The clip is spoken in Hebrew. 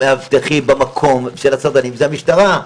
המאבטחים במקום של הסדרנים, זה המשטרה.